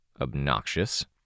Obnoxious